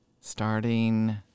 starting